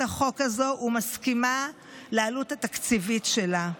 החוק הזאת ומסכימה לעלות התקציבית שלה.